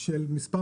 של מספר